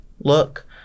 look